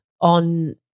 on –